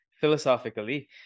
philosophically